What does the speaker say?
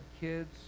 kids